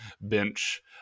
bench